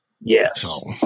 yes